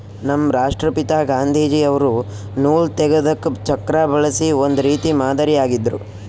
ನಮ್ ರಾಷ್ಟ್ರಪಿತಾ ಗಾಂಧೀಜಿ ಅವ್ರು ನೂಲ್ ತೆಗೆದಕ್ ಚಕ್ರಾ ಬಳಸಿ ಒಂದ್ ರೀತಿ ಮಾದರಿ ಆಗಿದ್ರು